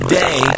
day